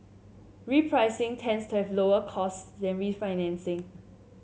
repricing tends to have lower cost than refinancing